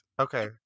Okay